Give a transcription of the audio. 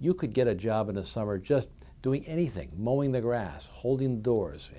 you could get a job in the summer just doing anything in the grass holding doors